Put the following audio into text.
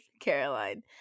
Caroline